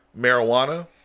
marijuana